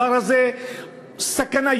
שהדבר הזה הוא סכנה,